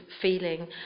feeling